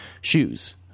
shoes